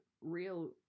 real